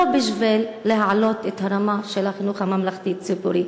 לא בשביל להעלות את הרמה של החינוך הממלכתי הציבורי,